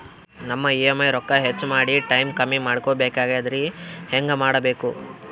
ನಮ್ಮ ಇ.ಎಂ.ಐ ರೊಕ್ಕ ಹೆಚ್ಚ ಮಾಡಿ ಟೈಮ್ ಕಮ್ಮಿ ಮಾಡಿಕೊ ಬೆಕಾಗ್ಯದ್ರಿ ಹೆಂಗ ಮಾಡಬೇಕು?